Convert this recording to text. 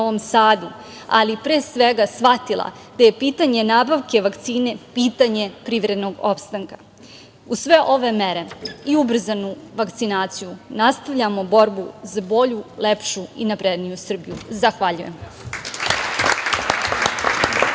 ali pre svega shvatila da je pitanje nabavke vakcine pitanje privrednog opstanka. Uz sve ove mere i ubrzanu vakcinaciju, nastavljamo borbu za bolju, lepšu i napredniju Srbiju. Zahvaljujem.